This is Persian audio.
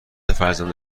فرزند